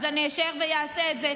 אז אשאר ואעשה זאת,